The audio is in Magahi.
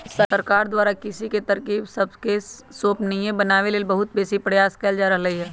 सरकार द्वारा कृषि के तरकिब सबके संपोषणीय बनाबे लेल बहुत बेशी प्रयास कएल जा रहल हइ